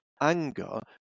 anger